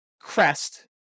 crest